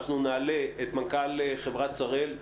אנחנו נעלה את מנכ"ל חברת "שראל",